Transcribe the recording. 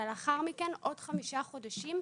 ולאחר מכן 100% עוד חמישה חודשים,